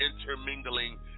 intermingling